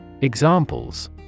Examples